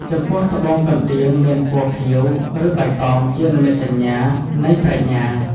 ចំពោះ ត្បូងកណ្ដៀងមានពណ៌ខៀវ ឬបៃតងជានិមិត្តសញ្ញានៃប្រាជ្ញា។